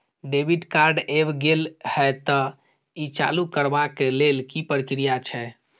Debit card ऐब गेल हैं त ई चालू करबा के लेल की प्रक्रिया छै?